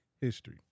history